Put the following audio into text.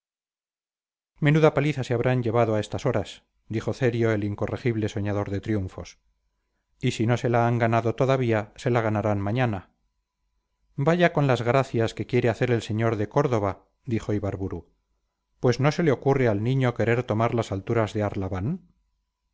menuda paliza se habrán llevado a estas horas dijo cerio el incorregible soñador de triunfos y si no se la han ganado todavía se la ganarán mañana vaya con las gracias que quiere hacer el sr de córdova dijo ibarburu pues no se le ocurre al niño querer tomar las alturas de